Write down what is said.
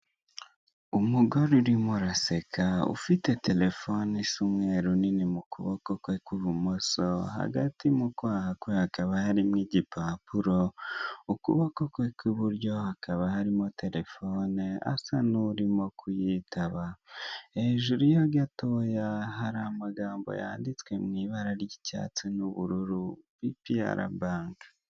Umugore uririmo araseka ufite terefone isa umweru nini mu kuboko kwe kw'ibumoso hagati mu kwaha kwe hakaba harimo igipapuro, ukuboko kwe kw'iburyo hakaba harimo terefone asa nurimo kuyitaba, hejuru ya gatoya hari amagambo yanditswe mu ibara ry'icyatsi n'ubururu bipiyara bake.